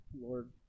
Lord